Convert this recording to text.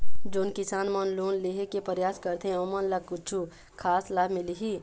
जोन किसान मन लोन लेहे के परयास करथें ओमन ला कछु खास लाभ मिलही?